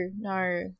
no